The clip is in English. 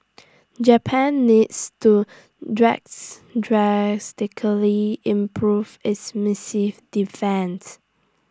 Japan needs to drastically improve its missile defence